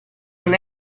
non